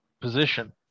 position